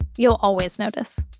you'll always notice.